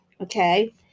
Okay